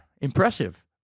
Impressive